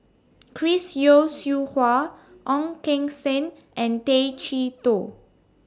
Chris Yeo Siew Hua Ong Keng Sen and Tay Chee Toh